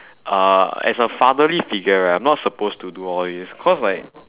uh as a fatherly figure right I am not supposed to do all this cause like